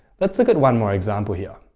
let's look at one more example here